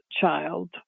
child